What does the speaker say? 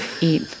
Eat